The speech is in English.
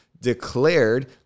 declared